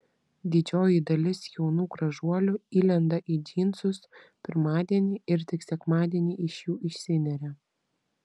didžioji dalis jaunų gražuolių įlenda į džinsus pirmadienį ir tik sekmadienį iš jų išsineria